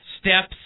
steps